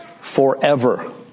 forever